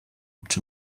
czy